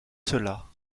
cela